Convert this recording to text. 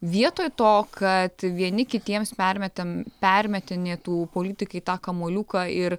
vietoj to kad vieni kitiems permetam permetinėtų politikai tą kamuoliuką ir